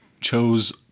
chose